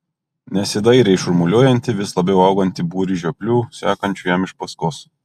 nesidairė į šurmuliuojantį vis labiau augantį būrį žioplių sekančių jam iš paskos